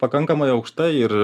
pakankamai aukštai ir